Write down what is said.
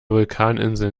vulkaninsel